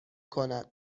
کند